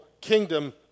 kingdom